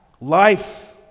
Life